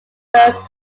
first